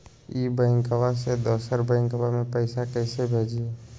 ई बैंकबा से दोसर बैंकबा में पैसा कैसे भेजिए?